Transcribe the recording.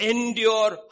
Endure